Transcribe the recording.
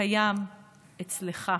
קיים אצלך.